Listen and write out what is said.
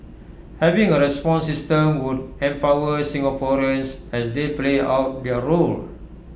having A response system would empower Singaporeans as they play out their role